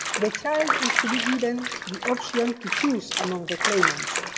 the child is to be given the option to choose among the claimants,